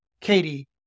Katie